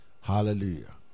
Hallelujah